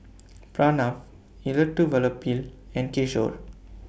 Pranav Elattuvalapil and Kishore